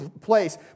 place